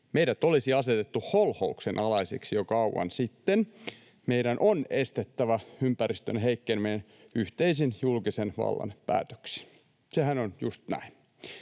meidät olisi asetettu holhouksen alaisiksi jo kauan sitten. Meidän on estettävä ympäristön heikkeneminen yhteisin julkisen vallan päätöksin.” Sehän on just näin.